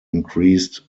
increased